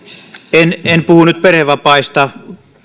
en en puhu nyt perhevapaista